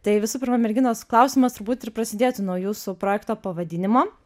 tai visų pirma merginos klausimas turbūt ir prasidėtų nuo jūsų projekto pavadinimo